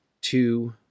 two